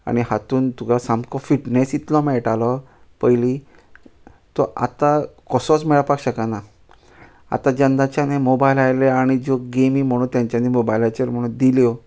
आनी हातून तुका सामको फिटणेस इतलो मेळटालो पयलीं तो आतां कसोच मेळपा शकाना आतां जेन्नाच्यान हे मोबायल आयले आनी ज्यो गेमी म्हुणू तांच्यानी मोबायलाचेर म्हुणू दिल्यो